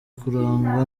kurangwa